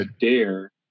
Dare